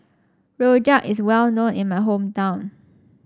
Rojak is well known in my hometown